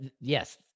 Yes